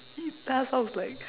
eetah sounds like